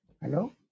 Hello